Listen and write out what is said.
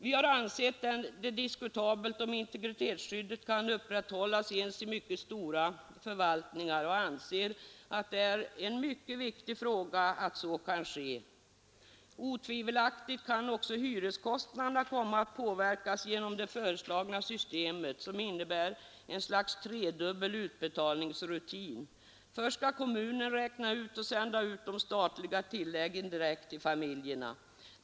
Vi har ansett det diskutabelt om integritetsskyddet kan upprätthållas ens i mycket stora förvaltningar och anser att det är en mycket viktig fråga att så kan ske. Otvivelaktigt kan också hyreskostnaderna komma att påverkas genom det föreslagna systemet som innebär en sorts tredubbel utbetalningsrutin. Först skall kommunen räkna ut och sända ut de statliga tilläggen direkt till familjerna.